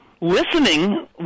listening